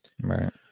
Right